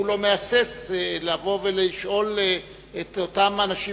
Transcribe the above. הוא לא מהסס לבוא ולשאול את אותם אנשים